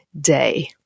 day